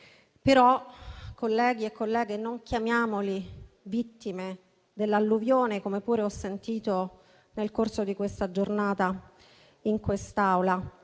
Però, colleghe e colleghi, non parliamo di vittime dell'alluvione, come pure ho sentito dire nel corso di questa giornata in quest'Aula,